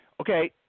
okay